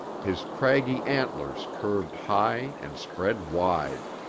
his craggy antlers curved high and spread wide.